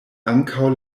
ankaŭ